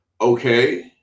okay